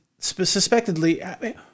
suspectedly